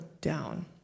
Down